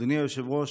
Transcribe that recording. אדוני היושב-ראש,